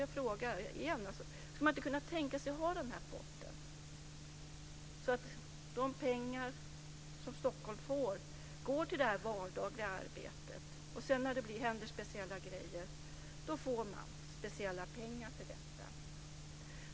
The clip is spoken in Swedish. Jag frågar igen: Skulle man inte kunna tänka sig att ha en sådan pott? Då kunde de pengar som Stockholm får gå till det vardagliga arbetet. När det sedan händer speciella grejer får man speciella pengar för det.